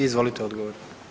Izvolite odgovor.